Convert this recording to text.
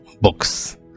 books